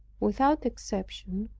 without exception,